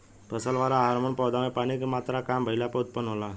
फसल वाला हॉर्मोन पौधा में पानी के मात्रा काम भईला पर उत्पन्न होला